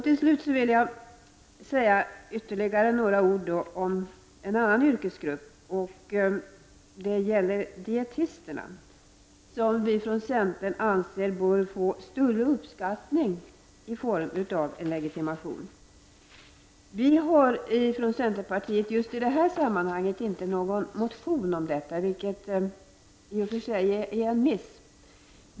Till slut vill jag säga några ord om en annan yrkesgrupp, nämligen dietisterna, som enligt vår mening bör få större uppskattning i form av en legitimation. Vi har i just det här sammanhanget inte någon motion om detta, vilket i och för sig är en miss.